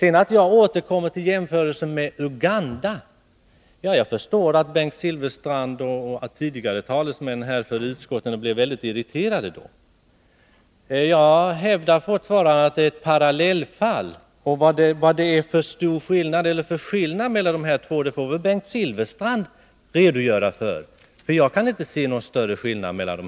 Jag förstår att Bengt Silfverstrand och tidigare talesmän för utskottet blir mycket irriterade när jag återkommer till jämförelsen med Uganda. Men jag hävdar fortfarande att det är ett parallellfall. Vad det är för skillnad får väl Bengt Silfverstrand redogöra för. Jag kan inte se någon större skillnad.